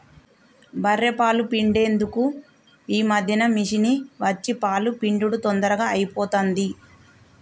బఱ్ఱె పాలు పిండేందుకు ఈ మధ్యన మిషిని వచ్చి పాలు పిండుడు తొందరగా అయిపోతాంది